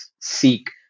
seek